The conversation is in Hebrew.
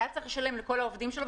הוא היה צריך לשלם לכל העובדים שלו,